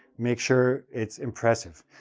make sure it's impressive.